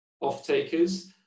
off-takers